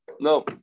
no